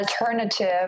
alternative